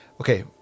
Okay